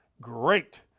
great